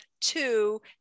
two